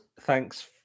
thanks